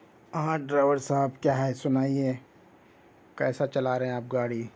ہاں ڈرائیور صاحب کیا ہے سنائیے کیسا چلا رہے ہیں آپ گاڑی